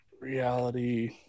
reality